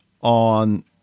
on